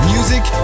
Music